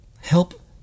help